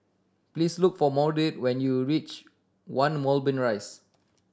please look for Maude when you reach One Moulmein Rise